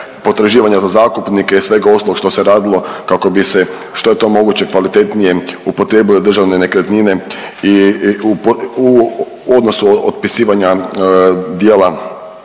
potraživanja za zakupnike i svega ostaloga što se radilo kako bi se što je to moguće kvalitetnije upotrijebile državne nekretnine i u odnosu otpisivanja dijela